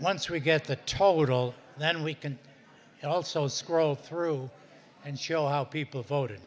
once we get the total then we can also scroll through and show how people voted